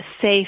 safe